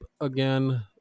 again